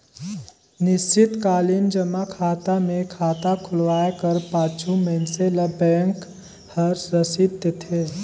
निस्चित कालीन जमा खाता मे खाता खोलवाए कर पाछू मइनसे ल बेंक हर रसीद देथे